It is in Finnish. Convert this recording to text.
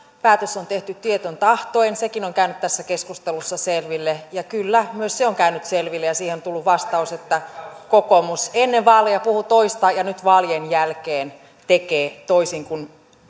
päätös on tehty tieten tahtoen sekin on käynyt tässä keskustelussa selville ja kyllä myös se on käynyt selville ja siihen on tullut vastaus että kokoomus ennen vaaleja puhui toista ja nyt vaalien jälkeen tekee toisin kuin